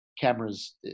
cameras